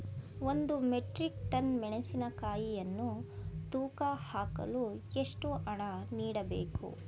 ಒಂದು metric ton ಮೆಣಸಿನಕಾಯಿಯನ್ನು ತೂಕ ಹಾಕಲು ಎಷ್ಟು ಹಣ ನೀಡಬೇಕು?